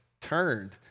turned